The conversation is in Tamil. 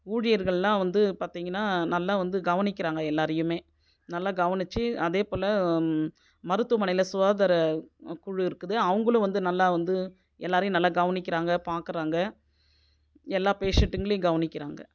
ஊழியர்கள்லாம் வந்து பார்த்தீங்கன்னா நல்லா வந்து கவனிக்கிறாங்க எல்லாரையுமே நல்லா கவனித்து அதே போல் மருத்துவமனையில் சுகாதார குழு இருக்குது அவங்குளும் வந்து நல்லா வந்து எல்லாரையும் நல்லா கவனிக்கிறாங்க பார்க்குறாங்க எல்லா பேஷண்ட்டுங்களையும் கவனிக்கிறாங்க